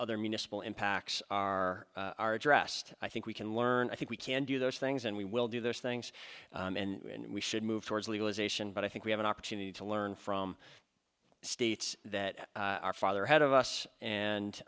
other municipal impacts are dressed i think we can learn i think we can do those things and we will do those things and we should move towards legalization but i think we have an opportunity to learn from states that our father had of us and